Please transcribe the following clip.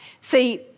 See